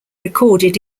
recorded